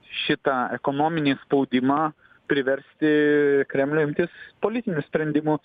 šitą ekonominį spaudimą priversti kremlių imtis politinių sprendimų